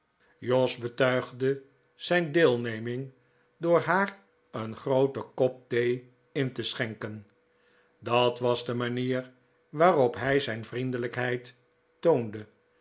jos betuigde zijn dcclneming door haar cen grootcn kop thee in te schenken dat was dc manicr waarop hij zijn vriendelijkheid